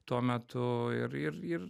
tuo metu ir ir ir